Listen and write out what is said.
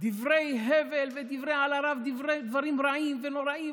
דברי הבל על הרב, דברים רעים ונוראים.